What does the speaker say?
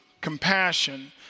compassion